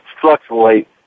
fluctuate